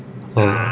oh